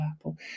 Apple